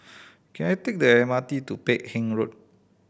can I take the M R T to Peck Hay Road